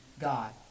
God